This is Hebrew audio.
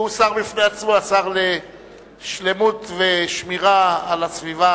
שהוא שר בפני עצמו, השר לשלמות ושמירה על הסביבה